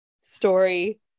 story